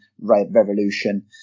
Revolution